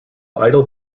idle